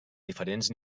diferents